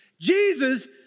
Jesus